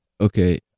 Okay